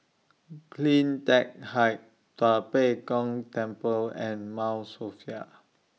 CleanTech Height Tua Pek Kong Temple and Mount Sophia